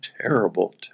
terrible